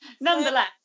nonetheless